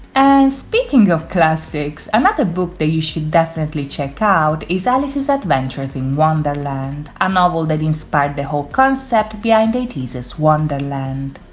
and speaking of classics, another book that you should definitely check out is alice's adventures in wonderland, a um novel that inspired the whole concept behind ateez's wonderland.